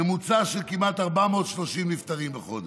ממוצע של כמעט 430 נפטרים בחודש,